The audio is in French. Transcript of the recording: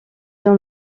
dans